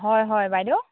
হয় হয় বাইদেউ